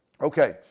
Okay